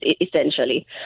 essentially